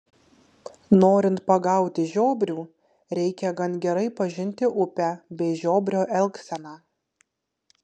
norint pagauti žiobrių reikia gan gerai pažinti upę bei žiobrio elgseną